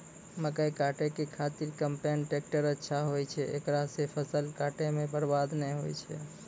मकई काटै के खातिर कम्पेन टेकटर अच्छा होय छै ऐकरा से फसल काटै मे बरवाद नैय होय छै?